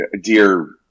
dear